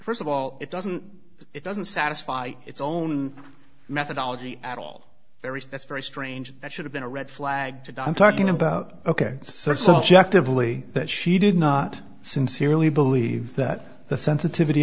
first of all it doesn't it doesn't satisfy its own methodology at all very that's very strange that should have been a red flag today i'm talking about ok so subjectively that she did not sincerely believe that the sensitivity